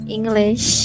English